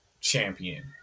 champion